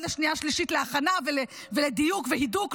לשנייה ושלישית להכנה ולדיוק ולהידוק,